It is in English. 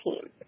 team